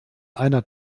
einer